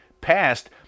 passed